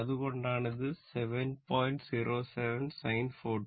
അതുകൊണ്ടാണ് ഇത് 7